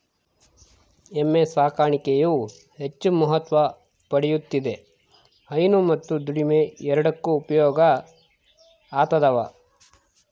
ಎಮ್ಮೆ ಸಾಕಾಣಿಕೆಯು ಹೆಚ್ಚು ಮಹತ್ವ ಪಡೆಯುತ್ತಿದೆ ಹೈನು ಮತ್ತು ದುಡಿಮೆ ಎರಡಕ್ಕೂ ಉಪಯೋಗ ಆತದವ